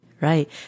Right